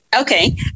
Okay